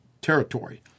territory